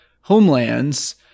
homelands